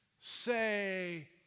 Say